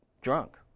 drunk